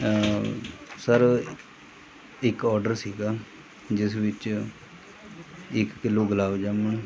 sir ਇੱਕ order ਸੀਗਾ ਜਿਸ ਵਿੱਚ ਇੱਕ ਕਿਲੋ ਗੁਲਾਬ ਜਾਮੁਨ